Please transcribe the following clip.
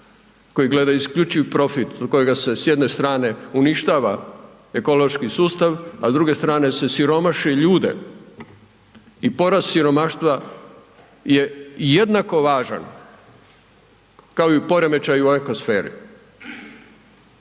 koji gleda isključiv profit kojega se, s jedne strane uništava ekološki sustav, a s druge strane se siromaši ljude i porast siromaštva je jednako važan kao i poremećaji u eko sferi.